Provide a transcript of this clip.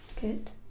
Good